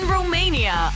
Romania